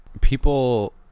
people